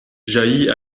jaillit